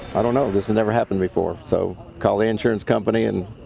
i don't know, this has never happened before. so call the insurance company and